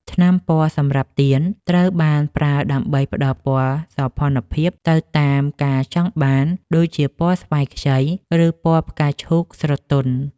ថ្នាំពណ៌សម្រាប់ទៀន ត្រូវបានប្រើដើម្បីផ្ដល់ពណ៌សោភ័ណភាពទៅតាមការចង់បាន ដូចជាពណ៌ស្វាយខ្ចី ឬពណ៌ផ្កាឈូកស្រទន់។